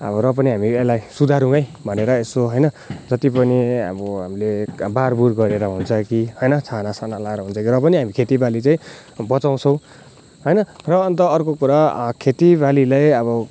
र पनि हामी यसलाई सुधारौँ है भनेर यसो होइन जतिपनि अब हामीले बारबुर गरेर हुन्छ कि होइन छाना साना लाएर हुन्छ कि र पनि हामी खेती बाली चाहिँ बचाउँछौँ होइन र अन्त अर्को कुरा खेती बालीलाई अब